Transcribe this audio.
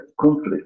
conflict